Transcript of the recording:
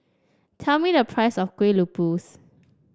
tell me the price of Kuih Lopes